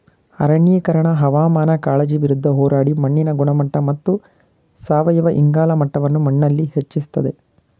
ಅರಣ್ಯೀಕರಣ ಹವಾಮಾನ ಕಾಳಜಿ ವಿರುದ್ಧ ಹೋರಾಡಿ ಮಣ್ಣಿನ ಗುಣಮಟ್ಟ ಮತ್ತು ಸಾವಯವ ಇಂಗಾಲ ಮಟ್ಟವನ್ನು ಮಣ್ಣಲ್ಲಿ ಹೆಚ್ಚಿಸ್ತದೆ